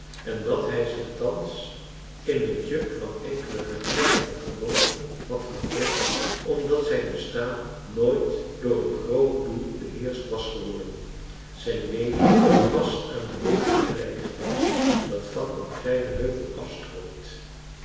en dat hij zich thans in het juk van marcellus emants een drietal novellen enkele hardnekkige gewoonten had gekromd omdat zijn bestaan nooit door een groot doel beheerscht was geworden zijn leven was aan een beekje gelijk geweest dat van een kleinen heuvel afstroomt